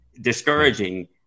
discouraging